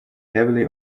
heavily